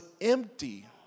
empty